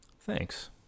Thanks